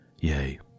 Yea